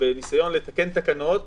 בניסיון לתקן תקנות,